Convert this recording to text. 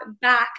back